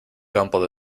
campo